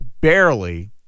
barely